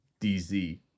DZ